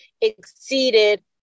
exceeded